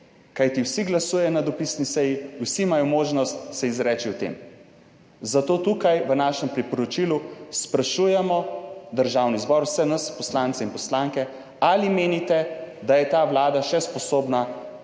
kajti vsi glasujejo na dopisni seji, vsi imajo možnost se izreči o tem. Zato tukaj v našem priporočilu sprašujemo Državni zbor, vse nas poslance in poslanke, ali menite, da je ta Vlada še sposobna